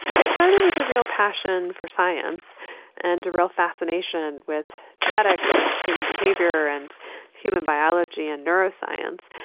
i started with a real passion for science and a real fascination with genetics and human behaviour and human biology and neuroscience.